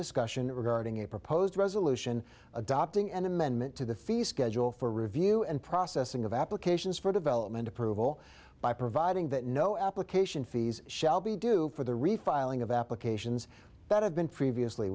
discussion regarding a proposed resolution adopting an amendment to the fees schedule for review and processing of applications for development approval by providing that no application fees shall be due for the refiling of applications better have been previously